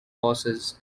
horses